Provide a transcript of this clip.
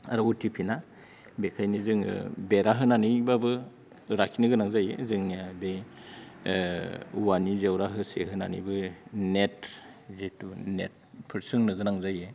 आरो उथिफिना बेखायनो जोङो बेरा होनानैब्लाबो लाखिनो गोनां जायो जोंनिया बे औवानि जेवरा होसे होनानैबो नेट जेथु नेटफोर सोंनो गोनां जायो